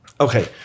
Okay